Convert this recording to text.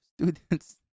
students